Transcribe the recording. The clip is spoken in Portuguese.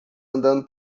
andando